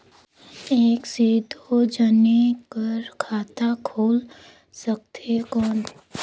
एक से दो जने कर खाता खुल सकथे कौन?